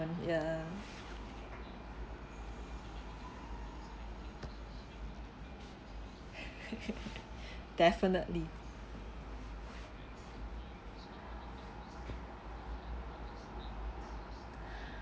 yeah definitely